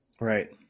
right